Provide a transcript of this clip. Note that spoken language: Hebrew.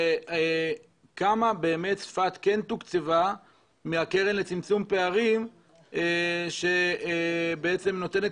כמה באמת צפת כן תוקצבה מהקרן לצמצום פערים שבעצם נותנת